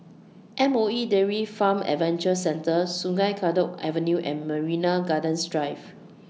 M O E Dairy Farm Adventure Centre Sungei Kadut Avenue and Marina Gardens Drive